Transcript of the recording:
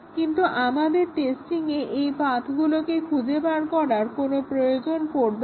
কিন্তু আমাদের টেস্টিংয়ে এই পাথগুলোকে খুঁজে বের করার কোনো প্রয়োজন পড়বে না